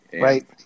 Right